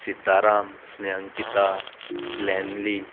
सिताराम स्नेंकिता स्लॅनली